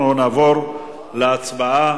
אנחנו נעבור להצבעה.